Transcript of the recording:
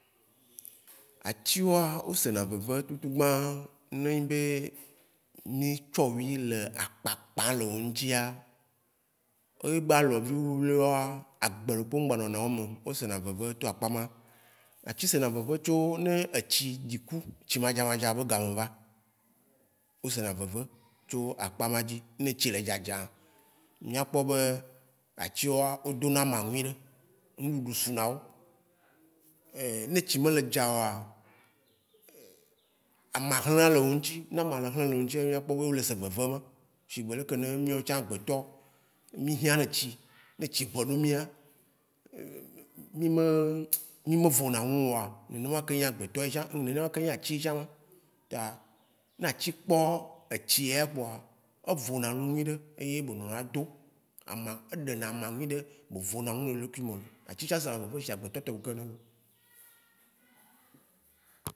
Atsi woa, o se na veve tutugbã, ne enyi be ni tsɔ ŋwi le akpakpã le wo ŋtsia, e gba lɔvi wli wlwiwli woa, agbe lupe ŋgba nɔna wo me, o se na veve to akpa ma. Atsi se na veve tso ne etsi dzi ku, etsi madzamadza be game va, o se na veve tso akpa ma dzi. Ne etsi le dzadza, mía kpɔ be atsi woa, o do na mawui ɖe, ŋuɖuɖu su na wo. Ne etsi me le dzaoa, amahlã le woŋtsi. Ne amahlã le woŋtsia mía kpɔ be o le se veve. Shigbe leke ne míao tsã agbe tɔ wo mí hiãna ɖe etsi. Ne etsi ƒɔnu mía, mí me mí me vo na nuoa nene ma ke nya agbetɔ tsã, nene ma ke ŋyna tsi tsã, ta na tsi kpɔ etsi ya kpoa, evo na nu nyuiɖe eye be nɔna to. Amã, eɖe na amã nyuiɖe. Me ve na nu nye ɖekui mo. Atsi tsã tɔme ke ɖemeo.